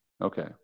Okay